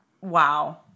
Wow